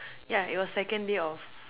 yeah it was second day of